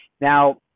Now